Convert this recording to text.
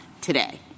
today